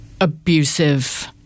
abusive